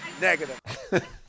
negative